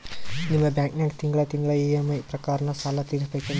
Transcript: ನಿಮ್ಮ ಬ್ಯಾಂಕನಾಗ ತಿಂಗಳ ತಿಂಗಳ ಇ.ಎಂ.ಐ ಪ್ರಕಾರನ ಸಾಲ ತೀರಿಸಬೇಕೆನ್ರೀ?